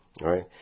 right